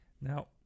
Now